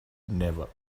never